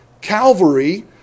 calvary